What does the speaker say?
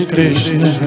Krishna